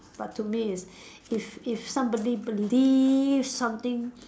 but to me is if if somebody believe something